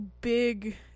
big